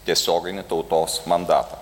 tiesioginį tautos mandatą